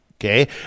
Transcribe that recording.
Okay